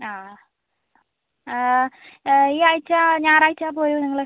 ആ ഈ ആഴ്ച്ച ഞായറാഴ്ച്ച പോരൂ നിങ്ങൾ